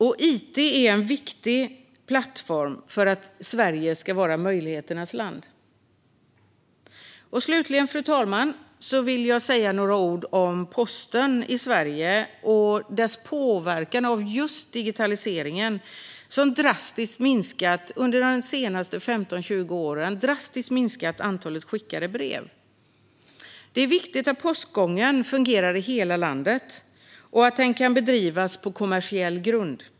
It är också en viktig plattform för att Sverige ska vara möjligheternas land. Slutligen, fru talman, vill jag säga några ord om posten i Sverige och hur den påverkas av just digitaliseringen, som under de senaste 15-20 åren drastiskt har minskat antalet skickade brev. Det är viktigt att postgången fungerar i hela landet och att den kan bedrivas på kommersiell grund.